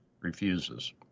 refuses